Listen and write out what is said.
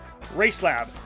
Racelab